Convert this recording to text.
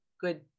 good